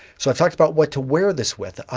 so i've talked about what to wear this with.